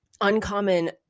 uncommon